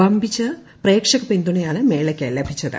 വമ്പിച്ച പ്രേക്ഷക പിന്തുണയാണ് മേളയ്ക്ക് ലഭിച്ചത്